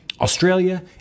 Australia